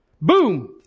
Boom